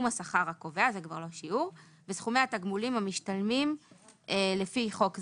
השכר הקובע וסכומי התגמולים המשתלמים על פי חוק זה".